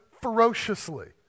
ferociously